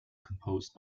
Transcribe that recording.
composed